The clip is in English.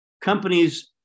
Companies